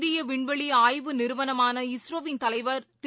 இந்திய விண்வெளி ஆய்வு நிறுவனமான இஸ்ரோவின் தலைவர் திரு